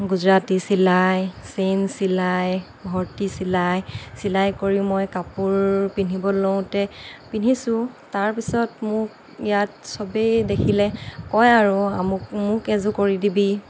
গুজৰাটী চিলাই চেইন চিলাই ভৰ্তি চিলাই চিলাই কৰি মই কাপোৰ পিন্ধিবলৈ লওঁতে পিন্ধিছোঁ তাৰপিছত মোক ইয়াত চবেই দেখিলে কয় আৰু মোক মোক এযোৰ কৰি দিবি